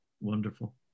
wonderful